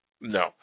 No